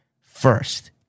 first